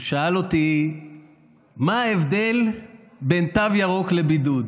הוא שאל אותי מה ההבדל בין תו ירוק לבידוד.